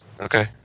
Okay